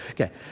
okay